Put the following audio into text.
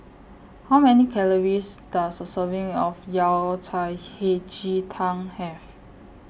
How Many Calories Does A Serving of Yao Cai Hei Ji Tang Have